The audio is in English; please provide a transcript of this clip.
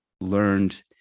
learned